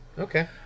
Okay